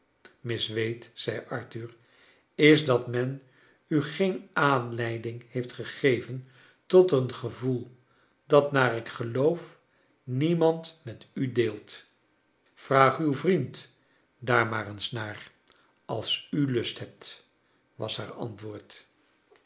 miss avade zei arthur is dat men u geen aanleiding heeft gegeven tot een gevoel dat naar ik geloof niemand met u deelt vraag uw vriend daar maar eens naar als u lust hebt was haar antwoord